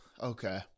Okay